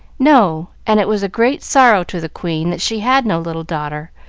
no and it was a great sorrow to the queen that she had no little daughter,